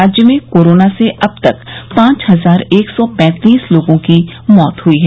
राज्य में कोरोना से अब तक पांच हजार एक सौ पैंतीस लोगों की मौत हुई है